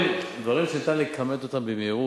דברים שניתן לכמת אותם במהירות,